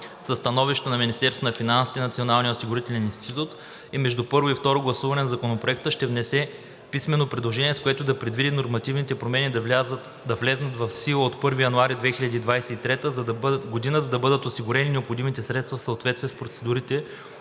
със становищата на Министерството на финансите и на Националния осигурителен институт и между първо и второ гласуване на Законопроекта ще внесе писмено предложение, с което да се предвиди нормативните промени да влязат в сила от 1 януари 2023 г., за да бъдат осигурени необходимите средства в съответствие с процедурите